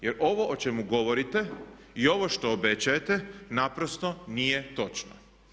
Jer ovo o čemu govorite i ovo što obećajete naprosto nije točno.